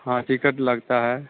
हाँ टिकट लगता है